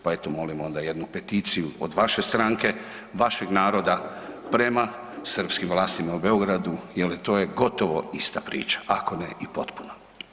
Pa eto onda molim jednu peticiju od vaše stranke, vašeg naroda prema srpskim vlastima u Beogradu jel to je gotovo ista priča, ako ne i potpuno.